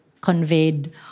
conveyed